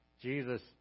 Jesus